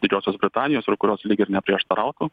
didžiosios britanijos kurios lyg ir neprieštarautų